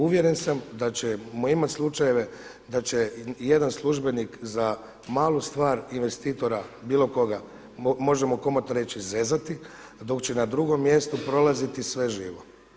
Uvjeren sam da ćemo imati slučajeve da će jedan službenik za malu stvar investitora bilo koga, možemo komotno reći zezati dok će na drugom mjestu prolaziti sve živo.